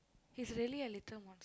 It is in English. he's really a little mons~